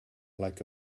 like